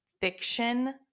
fiction